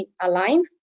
aligned